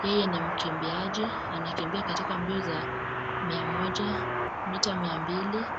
,yeye ni mkimbiaji anakimbia katikabio za mita mia moja ,mita mia mbili.